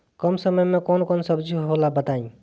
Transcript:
कम समय में कौन कौन सब्जी होला बताई?